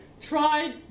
tried